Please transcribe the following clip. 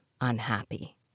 unhappy